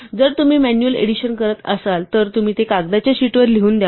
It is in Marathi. जर तुम्ही मॅन्युअल एडिशन करत असाल तर तुम्ही ते कागदाच्या शीटवर लिहून द्याल